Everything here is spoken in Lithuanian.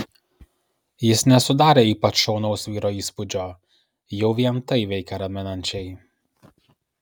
jis nesudarė ypač šaunaus vyro įspūdžio jau vien tai veikė raminančiai